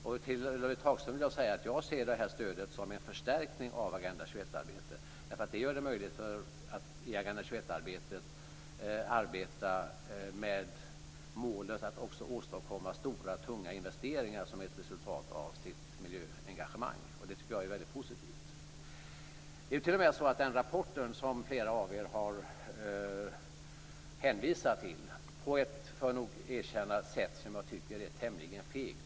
Till Ulla-Britt Hagström vill jag säga att jag ser det här stödet som en förstärkning av Agenda 21 arbetet, därför att det gör det möjligt att inom Agenda 21-arbetet arbeta med målet att också åstadkomma stora, tunga investeringar som ett resultat av sitt miljöengagemang, och det tycker jag är väldigt positivt. Flera av er har hänvisat till en rapport, på ett sätt som jag, får jag nog erkänna, tycker är tämligen fegt.